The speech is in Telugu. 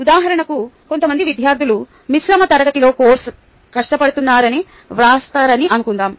ఉదాహరణకు కొంతమంది విద్యార్థులు మిశ్రమ తరగతిలో కోర్సును కష్టపడుతున్నారని వ్రాస్తారని అనుకుందాం